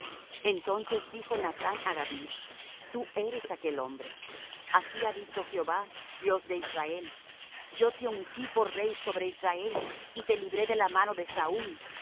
entonces dijo nathán á david tú eres aquel hombre así ha dicho jehová dios de israel yo te ungí por rey sobre israel y te libré de la mano de saúl